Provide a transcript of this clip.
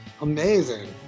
Amazing